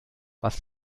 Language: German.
was